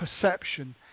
perception